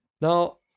Now